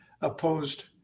opposed